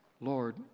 Lord